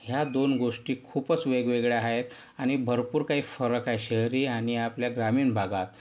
या दोन गोष्टी खूपच वेगवेगळ्या आहेत आणि भरपूर काही फरक आहे शहरी आणि आपल्या ग्रामीण भागात